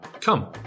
Come